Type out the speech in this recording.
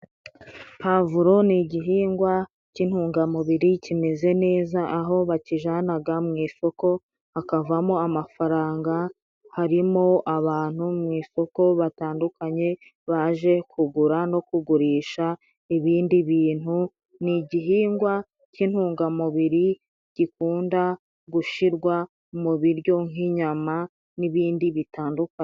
Pavuro ni igihingwa cy'intungamubiri kimeze neza aho bakijanaga mu isoko hakavamo amafaranga. Harimo abantu mu isoko batandukanye baje kugura no kugurisha ibindi bintu, ni igihingwa cy'intungamubiri gikunda gushirwa mu biryo nk'inyama n'ibindi bitandukanye.